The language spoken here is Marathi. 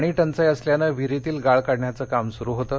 पाणीटंचाई असल्यानं विहिरीतील गाळ काढण्याचं काम सुरू होतं